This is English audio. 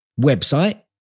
website